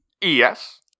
Yes